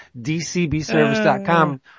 DCBService.com